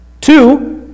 Two